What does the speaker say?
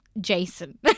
Jason